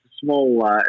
small